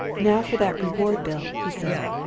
now for that reward bill, he said.